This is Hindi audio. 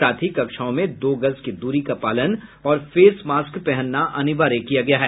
साथ ही कक्षाओं में दो गज की दूरी का पालन और फेस मास्क पहनना अनिवार्य किया गया है